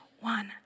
one